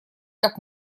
как